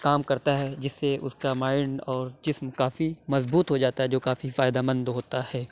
کام کرتا ہے جس سے اُس کا مائنڈ اور جسم کافی مضبوط ہو جاتا ہے جو کافی فائدہ مند ہوتا ہے